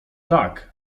tak